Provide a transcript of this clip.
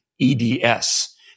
EDS